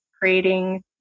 creating